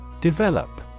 Develop